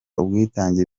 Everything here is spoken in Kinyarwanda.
ubwitange